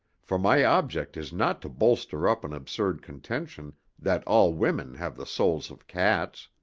for my object is not to bolster up an absurd contention that all women have the souls of cats.